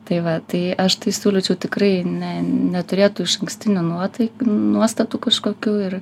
tai va tai aš tai siūlyčiau tikrai ne neturėt tų išankstinio nuotaikų nuostatų kažkokių ir